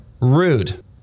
Rude